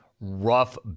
rough